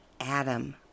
Adam